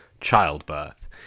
childbirth